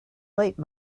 late